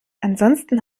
ansonsten